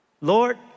Lord